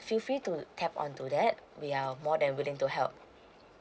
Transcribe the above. feel free to tap onto that we are more than willing to help